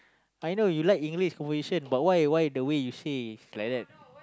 I know you like English conversation but why why the way you say is like that